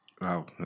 Wow